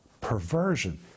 Perversion